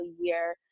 year